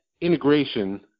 integration –